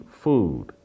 food